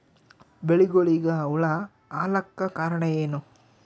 ಬೆಳಿಗೊಳಿಗ ಹುಳ ಆಲಕ್ಕ ಕಾರಣಯೇನು?